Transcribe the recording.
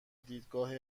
دیدگاه